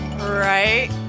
Right